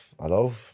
hello